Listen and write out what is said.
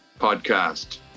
podcast